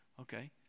okay